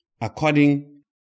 According